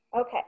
Okay